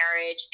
marriage